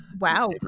Wow